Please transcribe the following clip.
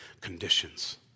conditions